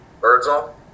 birdsall